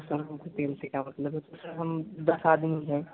sir हम कुल sir हम दस आदमी हैं